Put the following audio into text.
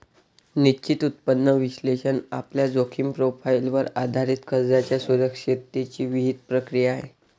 निश्चित उत्पन्न विश्लेषण आपल्या जोखीम प्रोफाइलवर आधारित कर्जाच्या सुरक्षिततेची विहित प्रक्रिया आहे